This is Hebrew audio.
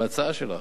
בהצעה שלך.